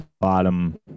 bottom